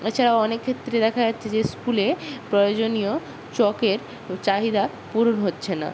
এছাড়াও অনেক ক্ষেত্রে দেখা যাচ্ছে যে স্কুলে প্রয়োজনীয় চকের চাহিদা পূরণ হচ্ছে না